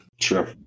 Sure